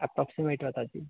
approximate बता दीजिए